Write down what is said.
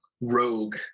rogue